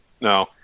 No